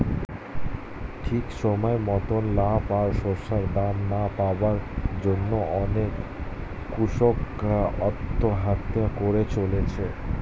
ঠিক সময় মতন লাভ আর শস্যের দাম না পাওয়ার জন্যে অনেক কূষক আত্মহত্যা করে চলেছে